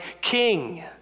king